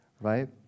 right